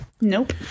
Nope